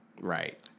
Right